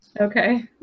Okay